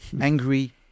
angry